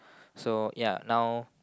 so ya now